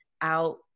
out